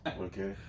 Okay